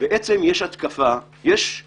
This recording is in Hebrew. יש מה